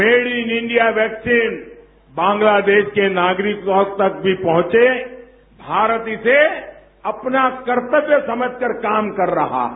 made in India vaccine Bangladesh के नागरिकों तक भी पहुंचे भारत इसे अपना कर्तव्य समझकर काम कर रहा है